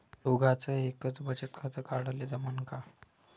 दोघाच एकच बचत खातं काढाले जमनं का?